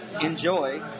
enjoy